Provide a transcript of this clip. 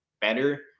better